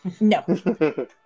No